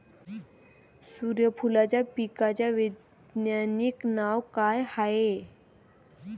सुर्यफूलाच्या पिकाचं वैज्ञानिक नाव काय हाये?